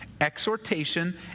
exhortation